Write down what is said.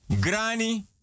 granny